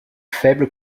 faible